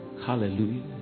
Hallelujah